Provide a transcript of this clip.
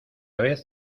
vez